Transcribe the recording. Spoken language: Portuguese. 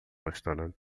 restaurante